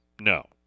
No